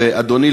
אדוני,